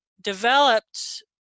developed